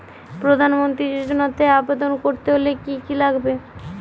প্রধান মন্ত্রী যোজনাতে আবেদন করতে হলে কি কী লাগবে?